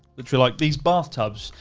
which were like these bathtubs.